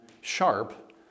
sharp